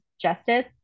Justice